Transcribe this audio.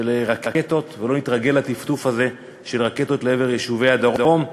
של רקטות ולא נתרגל לטפטוף הזה של רקטות לעבר יישובי הדרום,